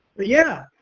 but yeah,